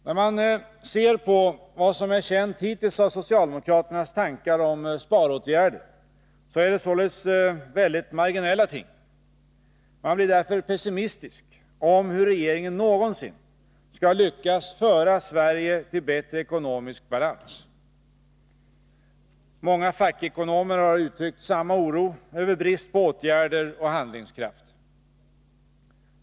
När man ser på vad som är känt hittills av socialdemokraternas tankar om sparåtgärder är det således väldigt marginella ting. Man blir därför pessimistisk om hur regeringen någonsin skall lyckas föra Sverige till bättre ekonomisk balans. Många fackekonomer har uttryckt oro över brist på åtgärder och handlingskraft.